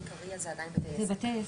איפה?